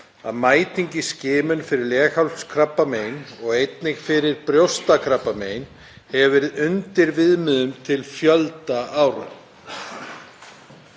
að mæting í skimun fyrir leghálskrabbamein og einnig fyrir brjóstakrabbamein hefur verið undir viðmiðum til fjölda ára.